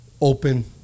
open